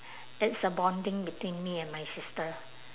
it's a bonding between me and my sister